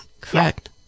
Correct